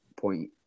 point